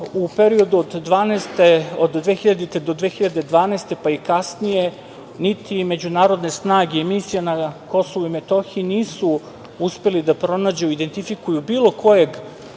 u periodu od 2000-2012. pa i kasnije, niti međunarodne snage i misije na KiM nisu uspeli da pronađu i identifikuju bilo kojeg